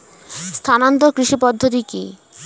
স্থানান্তর কৃষি পদ্ধতি কি?